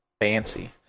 Fancy